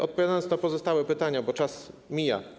Odpowiem na pozostałe pytania, bo czas mija.